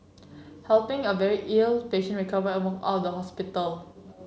helping a very ill patient recover and walk out the hospital